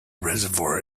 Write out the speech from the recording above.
reservoir